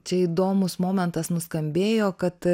čia įdomus momentas nuskambėjo kad